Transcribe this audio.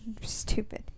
Stupid